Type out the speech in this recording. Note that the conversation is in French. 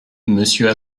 monsieur